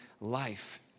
life